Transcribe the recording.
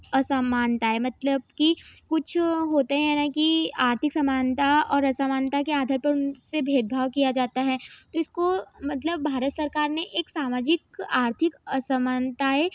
असमानता है मतलब कि कुछ होते हैं ना कि आर्थिक समानता और असमानता के आधार पर उनसे भेदभाव किया जाता है तो इसको मतलब भारत सरकार ने एक सामाजिक आर्थिक असमानताएँ